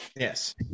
Yes